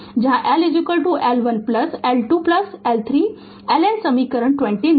जहां L L1 plus L 2 plus L 3 LN समीकरण 29 तक